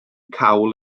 cawl